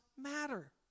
matter